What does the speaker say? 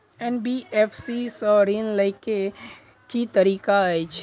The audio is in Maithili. एन.बी.एफ.सी सँ ऋण लय केँ की तरीका अछि?